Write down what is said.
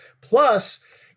Plus